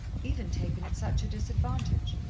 even taken at such a disadvantage.